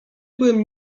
byłem